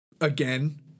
again